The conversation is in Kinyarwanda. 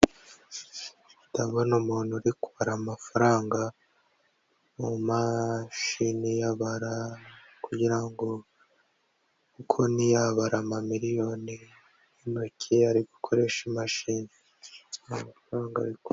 Ndabona umuntu uri kubara amafaranga mu mashini abara kugira ngo kuko ntiyabara amamiliyoni n'intoki ari gukoresha imashini amafaranga